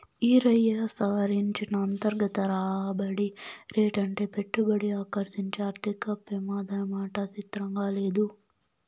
ఈరయ్యా, సవరించిన అంతర్గత రాబడి రేటంటే పెట్టుబడిని ఆకర్సించే ఆర్థిక పెమాదమాట సిత్రంగా లేదూ